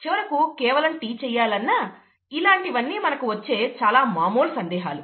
చివరకు కేవలం టీ చేయాలన్నా ఇలాంటివన్నీ మనకు వచ్చే చాలా మామూలు సందేహాలు